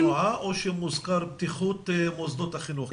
תנועה או שמוזכרת בטיחות מוסדות החינוך?